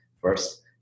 first